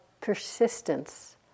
persistence